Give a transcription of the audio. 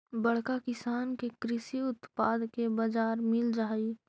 बड़का किसान के कृषि उत्पाद के बाजार मिलऽ हई